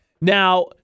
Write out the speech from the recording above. Now